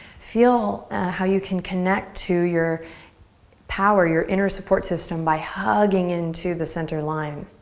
feel how you can connect to your power, your inner support system, by hugging into the centerline.